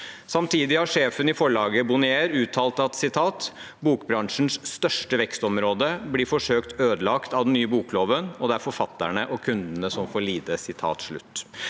Samtidig har sjefen i forlaget Bonnier uttalt at «[b]okbransjens største vekstområde blir forsøkt ødelagt av den nye bokloven, og det er forfatterne og kundene som får lide».